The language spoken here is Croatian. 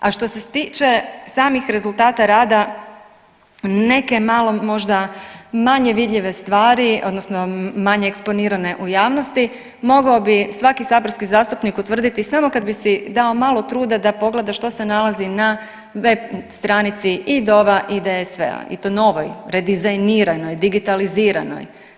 A što se tiče samih rezultata rada neka malo možda manje vidljive stvari odnosno manje eksponirane u javnosti, mogao bi svaki saborski zastupnik utvrditi samo kad bi se dao malo truda da pogleda što se nalazi na web stranici i DOV-a i DSV-a i to novoj, redizajniranoj, digitaliziranoj.